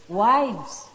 wives